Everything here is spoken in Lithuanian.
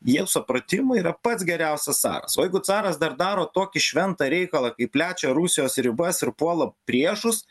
jie supratimu yra pats geriausias caras o jeigu caras dar daro tokį šventą reikalą kaip plečia rusijos ribas ir puola priešus